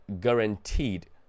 guaranteed